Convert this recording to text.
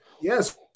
yes